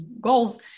goals